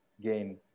gain